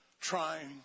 trying